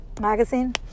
magazine